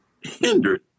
hindered